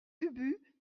ubu